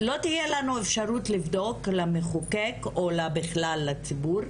לא תהיה לנו, למחוקק או בכלל לציבור,